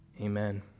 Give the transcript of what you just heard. amen